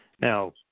Now